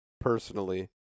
personally